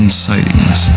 sightings